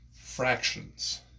fractions